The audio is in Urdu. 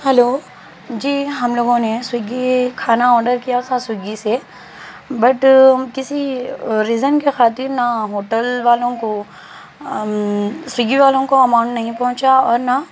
ہلو جی ہم لوگوں نے سوگی کھانا آڈر کیا تھا سوگی سے بٹ کسی ریزن کے خاطر نہ ہوٹل والوں کو سوگی والوں کو اماؤنٹ نہیں پہنچا اور نہ